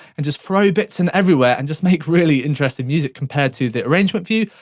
and just throw bits in everywhere, and just make really interesting music. compared to the arrangement view,